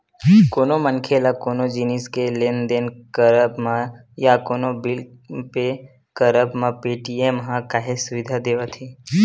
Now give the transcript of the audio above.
कोनो मनखे ल कोनो जिनिस के लेन देन करब म या कोनो बिल पे करब म पेटीएम ह काहेच सुबिधा देवथे